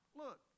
look